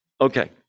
Okay